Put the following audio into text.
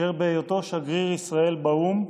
אשר בהיותו שגריר ישראל באו"ם